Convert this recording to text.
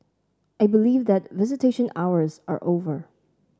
I believe that visitation hours are over